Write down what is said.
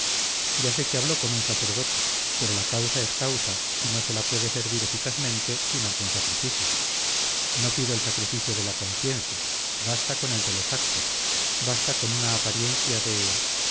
ya sé que habló con un sacerdote pero la causa es la causa y no se la puede servir eficazmente sin algún sacrificio no pido el sacrificio de la conciencia basta con el de los actos basta con una apariencia de